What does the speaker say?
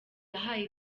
yahaye